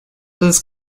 does